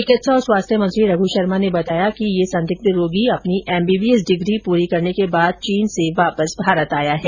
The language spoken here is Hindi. चिकित्सा और स्वास्थ्य मंत्री रघू शर्मा ने बताया कि यह संदिग्ध रोगी अपनी एमबीबीएस डिग्री पूरी करने के बाद चीन से वापस भारत आया है